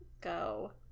go